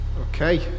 Okay